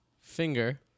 finger